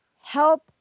help